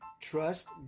trust